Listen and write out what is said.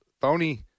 phony